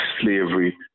slavery